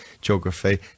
geography